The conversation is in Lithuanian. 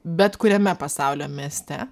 bet kuriame pasaulio mieste